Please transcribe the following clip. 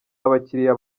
abakiliya